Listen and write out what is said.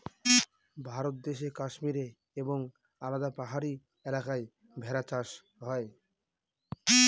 ভারত দেশে কাশ্মীরে এবং আলাদা পাহাড়ি এলাকায় ভেড়া চাষ হয়